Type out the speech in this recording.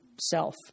self